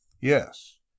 Yes